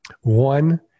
One